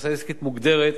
הכנסה עסקית מוגדרת